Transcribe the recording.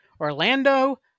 Orlando